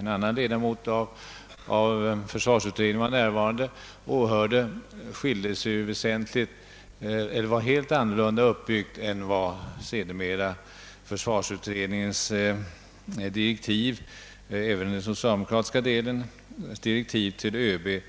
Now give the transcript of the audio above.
en annan ledamot av försvarsutredningen åhörde, var helt annorlunda uppbyggt än den slutliga utformningen av de utredningsdirektiv som <socialdemokraterna sedermera gav till ÖB.